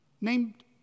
named